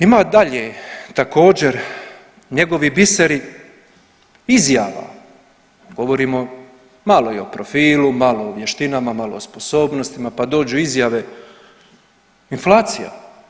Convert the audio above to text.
Ima dalje također njegovi biseri izjava, govorimo malo i o profilu, malo o vještinama, malo o sposobnosti pa dođu izjave inflacija.